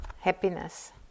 happiness